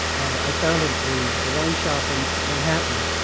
i found ah a ah wine shop in manhattan.